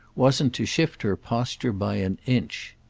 wasn't to shift her posture by an inch.